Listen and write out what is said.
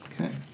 Okay